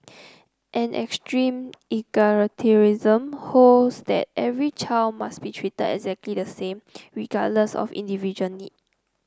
an extreme egalitarianism holds that every child must be treated exactly the same regardless of individual need